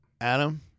Adam